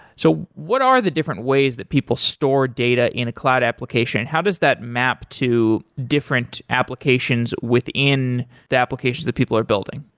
so what are the different ways that people store data in a cloud application? how does that map to different applications within the applications that people are building?